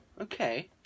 okay